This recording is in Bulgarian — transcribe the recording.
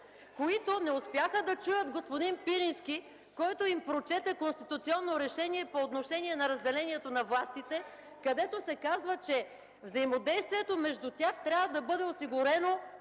които не успяха да чуят господин Пирински, който им прочете конституционно решение по отношение на разделението на властите, където се казва, че взаимодействието между тях трябва да бъде осигурено,